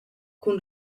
cun